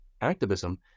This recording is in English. activism